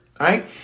Right